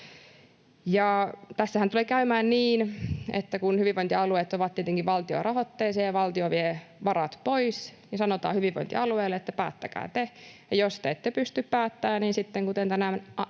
tässähän tulee käymään niin, että kun hyvinvointialueet ovat tietenkin valtiorahoitteisia ja valtio vie varat pois, niin sanotaan hyvinvointialueille, että päättäkää te, ja jos te ette pysty päättämään, niin sitten, kuten tämän